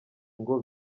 ngo